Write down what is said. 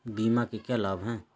बीमा के क्या लाभ हैं?